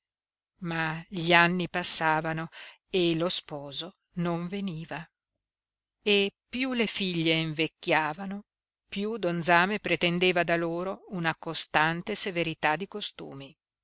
ma gli anni passavano e lo sposo non veniva e piú le figlie invecchiavano piú don zame pretendeva da loro una costante severità di costumi